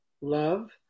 love